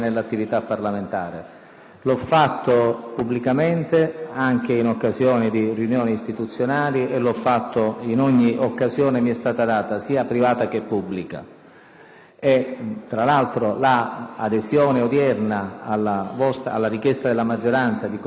L'ho fatto pubblicamente, anche in occasione di riunioni istituzionali, e in ogni occasione che mi è stata data, sia privata che pubblica. Tra l'altro, l'adesione odierna alla richiesta della maggioranza di concludere i nostri lavori